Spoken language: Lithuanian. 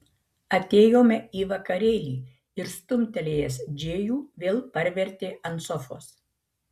atėjome į vakarėlį ir stumtelėjęs džėjų vėl parvertė ant sofos